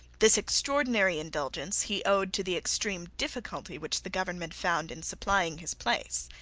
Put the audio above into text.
this extraordinary indulgence he owed to the extreme difficulty which the government found in supplying his place.